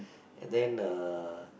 and then uh